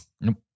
Nope